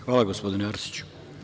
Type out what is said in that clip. Hvala gospodine Arsiću.